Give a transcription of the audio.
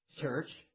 Church